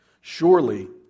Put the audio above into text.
Surely